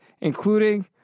including